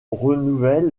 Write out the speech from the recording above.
renouvelle